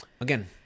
again